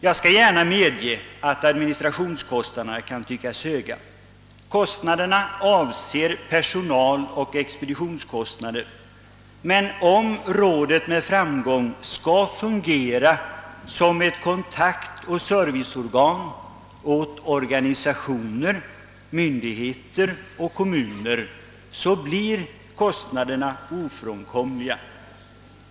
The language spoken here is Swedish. Jag skall gärna medge att administrationskostnaderna kan tyckas höga. Kostnaderna avser personaloch expeditionskostnader. Men om rådet med fram gång skall fungera som ett kontaktoch serviceorgan åt organisationer, myndigheter och kommuner blir kostnaderna ofrånkomliga.